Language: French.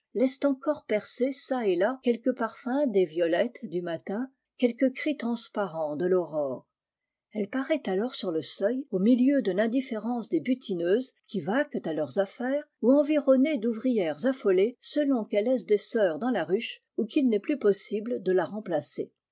laissent encore percer ça et là quelque parfum des violettes du matin quelque cri transparent de taurore elle parait alors sur le seuil au milieu de l'indifl'érence des butineuses qui vaquen à leurs afl'aires ou environnée d'ouvrières dlées selon qu'elle laisse des soeurs dans la ruche ou qu'il n'est plus possible de la remplacer